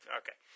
okay